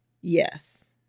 Yes